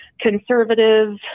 conservative